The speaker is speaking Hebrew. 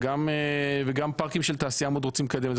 וגם פארקים של תעשייה מאוד רוצים לקדם את זה,